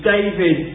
David